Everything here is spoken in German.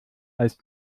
als